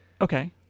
Okay